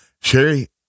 Sherry